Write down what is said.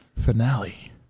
Finale